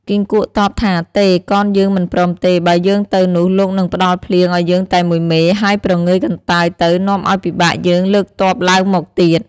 គីង្គក់តបថា” ទេ! កនយើងមិនព្រមទេ បើយើងទៅនោះលោកនឹងផ្តល់ភ្លៀងឱ្យយើងតែមួយមេហើយព្រងើយកន្តើយទៅ នាំឱ្យពិបាកយើងលើកទ័ពឡើងមកទៀត។